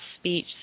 speech